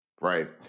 Right